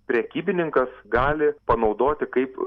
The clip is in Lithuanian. prekybininkas gali panaudoti kaip